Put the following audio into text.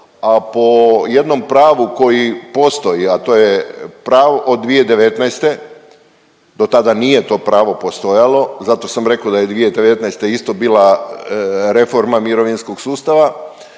a po jednom pravu koje postoji, a to je pravo, od 2019., do tada nije to pravo postojalo, zato sam rekao da je 2019. isto bila reforma mirovinskog sustava,